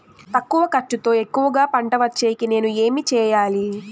తక్కువ ఖర్చుతో ఎక్కువగా పంట వచ్చేకి నేను ఏమి చేయాలి?